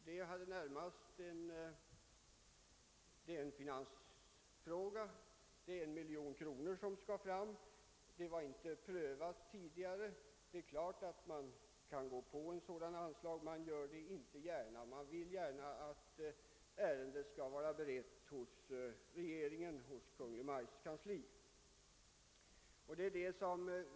Vi såg det närmast som en finansfråga — det gällde att skaffa fram 1 miljon kronor och anslaget hade inte prövats av någon instans. Man vill inte gärna gå med på ett sådant anslag utan att ärendet först har beretts i Kungl. Maj:ts kansli.